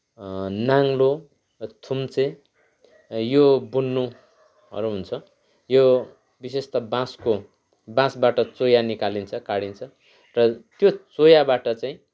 नाङ्लो थुन्से यो बुन्नुहरू हुन्छ यो विशेष त बाँसको बाँसबाट चोया निकालिन्छ काडि्न्छ र त्यो चोयाबाट चाहिँ